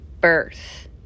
birth